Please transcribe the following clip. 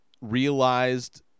realized